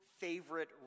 favorite